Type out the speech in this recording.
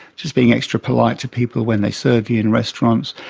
just being extra polite to people when they serve you in restaurants,